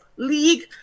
League